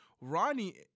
Ronnie